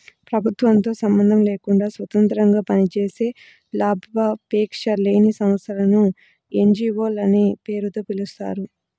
ప్రభుత్వంతో సంబంధం లేకుండా స్వతంత్రంగా పనిచేసే లాభాపేక్ష లేని సంస్థలను ఎన్.జీ.వో లనే పేరుతో పిలుస్తారు